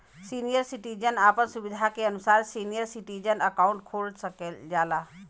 senior citizen आपन सुविधा के अनुसार सीनियर सिटीजन अकाउंट खोल सकला